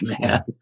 man